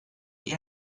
die